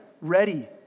ready